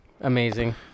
Amazing